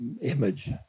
image